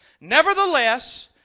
Nevertheless